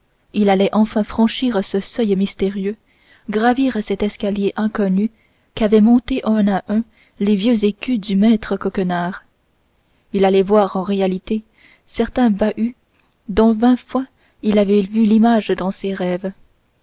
il allait enfin franchir ce seuil mystérieux gravir cet escalier inconnu qu'avaient monté un à un les vieux écus de maître coquenard il allait voir en réalité certain bahut dont vingt fois il avait vu l'image dans ses rêves